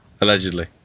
allegedly